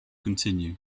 continue